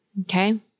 Okay